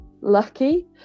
lucky